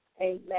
Amen